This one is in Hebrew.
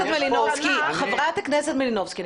חברת הכנסת מלינובסקי,